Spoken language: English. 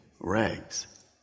rags